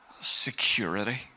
security